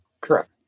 Correct